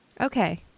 Okay